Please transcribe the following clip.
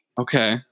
Okay